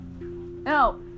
No